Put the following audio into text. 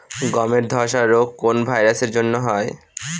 গমের ধসা রোগ কোন ভাইরাস এর জন্য হয়?